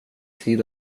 tid